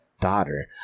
daughter